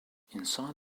inside